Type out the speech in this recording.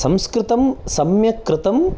संस्कृतं सम्यक् कृतम्